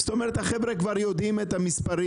זאת אומרת החבר'ה כבר יודעים את המספרים,